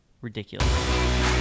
ridiculous